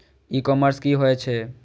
ई commerce की होए छै?